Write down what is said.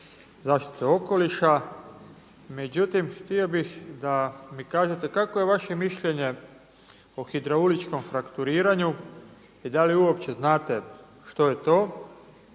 zaštite okoliša, međutim htio bih da mi kažete kakvo je vaše mišljenje o hidrauličkom frakturiranju i da li uopće znate što je to?